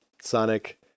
Sonic